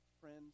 Friends